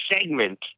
segment